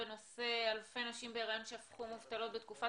הנושא: אלפי נשים בהיריון שהפכו מובטלות בתקופת